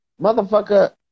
motherfucker